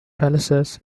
palaces